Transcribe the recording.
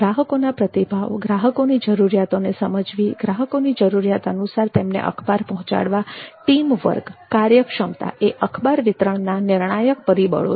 ગ્રાહકોના પ્રતિભાવ ગ્રાહકોની જરૂરિયાતોને સમજવી ગ્રાહકોની જરૂરિયાતો અનુસાર તેમને અખબાર પહોંચાડવા ટીમવર્ક કાર્યક્ષમતા એ અખબાર વિતરણના નિર્ણાયક પરિબળો છે